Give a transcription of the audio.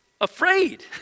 afraid